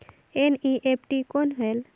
NEFT कौन होएल?